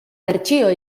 bertsio